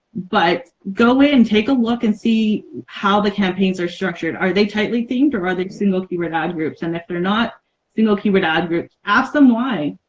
but go in and take a look and see how the campaigns are structured. are they tightly themed or ah a single keyword ad groups and if they're not single keyword ad groups ask them why.